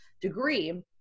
degree